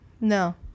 No